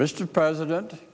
mr president